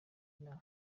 inama